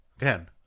Again